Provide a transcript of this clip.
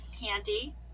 handy